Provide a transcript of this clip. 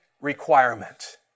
requirement